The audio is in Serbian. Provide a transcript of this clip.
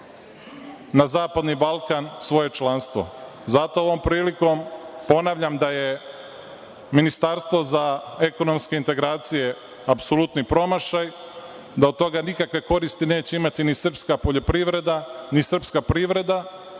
na zapadni Balkan svoje članstvo. Zato ovom prilikom ponavljam da je ministarstvo za ekonomske integracije apsolutni promašaj, da od toga nikakve koristi neće imati ni srpska poljoprivreda, ni srpska privreda.